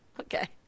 okay